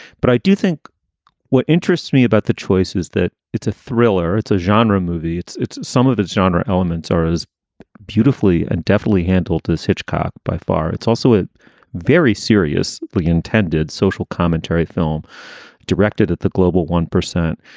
but i do think what interests me about the choices, that it's a thriller, it's a genre movie. it's it's some of it's genre elements are as beautifully and definitely handled as hitchcock by far. it's also a very serious, intended social commentary film directed at the global one percent.